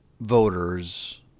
voters